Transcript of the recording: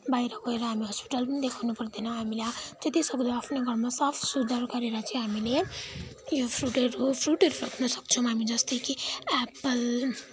बाहिर गएर हामी हस्पिटल पनि देखाउनु पर्दैन हामीले जतिसक्दो आफ्नो घरमा साफसुघर गरेर चाहिँ हामीले उयो फ्रुटहरू रोप्न सक्छौँ हामी जस्तै कि एपल